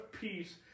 peace